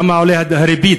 כמה עולה הריבית?